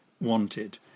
wanted